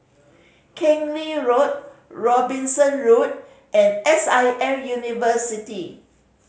Keng Lee Road Robinson Road and S I M University